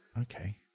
Okay